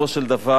בסופו של דבר,